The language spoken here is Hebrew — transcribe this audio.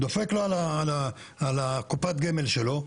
דופק לו על קופת גמל שלו,